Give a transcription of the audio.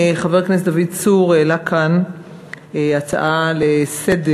חבר הכנסת דוד צור העלה כאן הצעה לסדר-היום